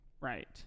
Right